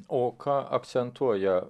o ką akcentuoja